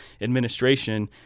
administration